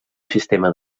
sistema